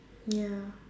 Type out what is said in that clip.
ya